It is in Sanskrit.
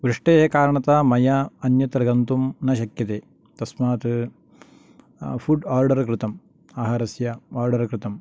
वृष्टेः कारणतः मया अन्यत्र गन्तुं न शक्यते तस्मात् फुड् आर्डर् कृतम् आहारस्य आर्डर् कृतम्